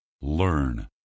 learn